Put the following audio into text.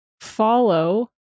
follow